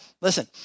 listen